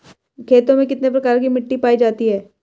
खेतों में कितने प्रकार की मिटी पायी जाती हैं?